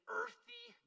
earthy